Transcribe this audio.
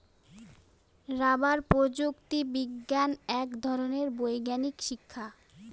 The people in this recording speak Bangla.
রাবার প্রযুক্তি বিজ্ঞান এক ধরনের বৈজ্ঞানিক শিক্ষা